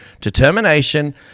determination